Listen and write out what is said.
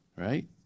right